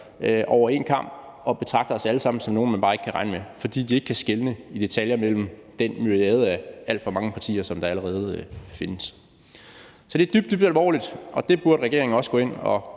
over en kam og betragter os alle sammen som nogle, man bare ikke kan regne med, fordi de ikke kan skelne i detaljer mellem den myriade af alt for mange partier, der findes. Så det er dybt, dybt alvorligt, og det burde regeringen også gå ind og